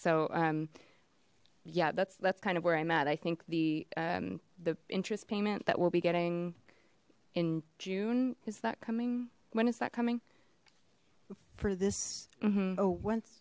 so yeah that's that's kind of where i'm at i think the the interest payment that we'll be getting in june is that coming when is that coming for this mm hmm oh once